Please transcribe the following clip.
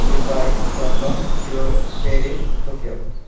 Dubai London Seoul Paris Tokyo